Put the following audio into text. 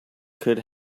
could